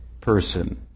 person